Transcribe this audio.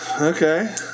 Okay